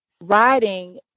writing